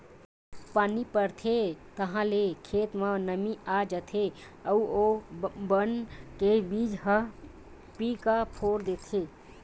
पानी परथे ताहाँले खेत म नमी आ जाथे अउ ओ बन के बीजा ह पीका फोरथे